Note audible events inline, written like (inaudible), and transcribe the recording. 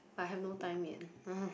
I have no time yet (noise)